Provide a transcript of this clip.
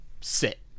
sit